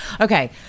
Okay